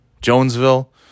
Jonesville